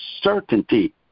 certainty